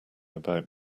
about